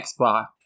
Xbox